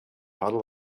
puddle